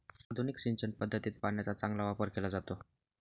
आधुनिक सिंचन पद्धतीत पाण्याचा चांगला वापर केला जातो